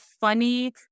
funny